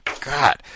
God